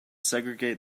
segregate